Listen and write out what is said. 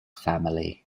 family